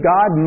God